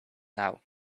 now